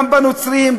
גם בנוצרים,